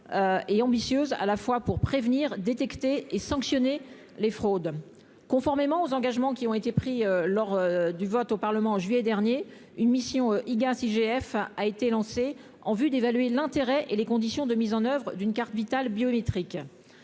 et ambitieuses à la fois pour prévenir, détecter et sanctionner les fraudes, conformément aux engagements qui ont été pris, lors du vote au Parlement en juillet dernier une mission IGAS IGF a été lancé en vue d'évaluer l'intérêt et les conditions de mise en oeuvre d'une carte Vitale biométrique